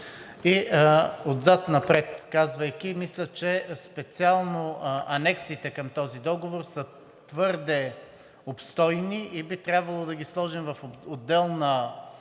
И отзад напред казвайки, мисля, че специално анексите към този договор са твърде обстойни и би трябвало да ги сложим в отделна